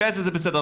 ב-19' זה היה בסדר,